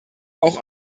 auch